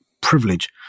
privilege